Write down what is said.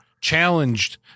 challenged